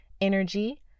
energy